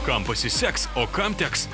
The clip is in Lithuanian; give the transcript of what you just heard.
kam pasiseks o kam teks